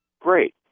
Great